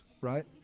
right